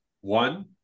One